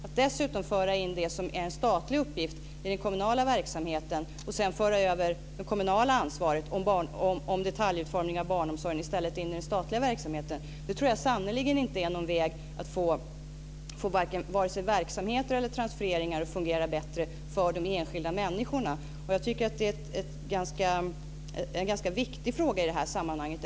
Att dessutom föra in en statlig uppgift i den kommunala verksamheten och sedan föra över det kommunala ansvaret för detaljutformning av barnomsorgen till den statliga verksamheten är sannerligen inte någon väg att få vare sig verksamheter eller transfereringar att fungera bättre för de enskilda människorna. Det är en ganska viktig fråga i det här sammanhanget.